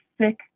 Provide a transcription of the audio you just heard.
sick